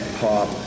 pop